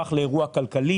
שהפך לאירוע כלכלי,